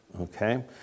Okay